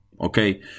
okay